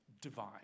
divine